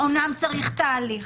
אומנם צריך תהליך,